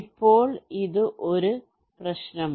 ഇപ്പോൾ ഇത് ഒരു പ്രശ്നമാണ്